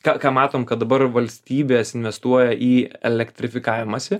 ką ką matom kad dabar valstybės investuoja į elektrifikavimąsi